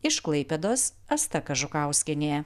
iš klaipėdos asta kažukauskienė